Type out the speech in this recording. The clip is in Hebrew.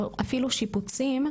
או אפילו שיפוצים,